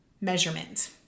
measurement